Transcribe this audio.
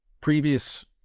previous